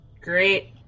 Great